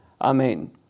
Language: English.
Amen